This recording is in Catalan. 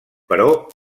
però